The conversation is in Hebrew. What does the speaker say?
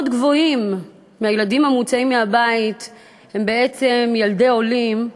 גבוהים מהילדים המוצאים מהבית הם בעצם ילדי עולים,